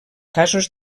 casos